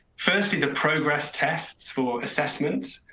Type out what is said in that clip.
firstly, the progress tests for assessments.